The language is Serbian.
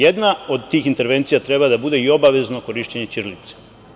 Jedna od tih intervencija treba da bude i obavezno korišćenje ćirilice.